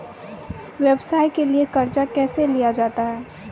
व्यवसाय के लिए कर्जा कैसे लिया जाता हैं?